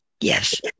Yes